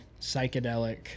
psychedelic